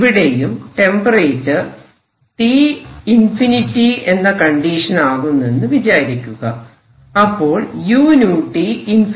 ഇവിടെയും temperature T →∞ എന്ന condition ആകുന്നെന്നു വിചാരിക്കുക അപ്പോൾ uT →∞